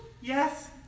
Yes